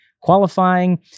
qualifying